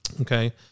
Okay